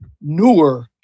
newer